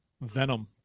venom